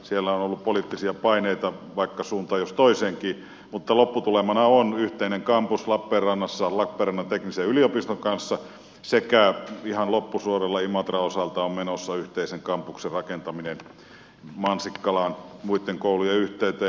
siellä on ollut poliittisia paineita suuntaan jos toiseenkin mutta lopputulemana on yhteinen kampus lappeenrannassa lappeenrannan teknillisen yliopiston kanssa sekä ihan loppusuoralla imatran osalta on menossa yhteisen kampuksen rakentaminen mansikkalaan muitten koulujen yhteyteen